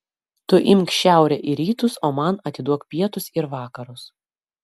tu imk šiaurę ir rytus o man atiduok pietus ir vakarus